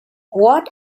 what